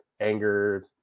anger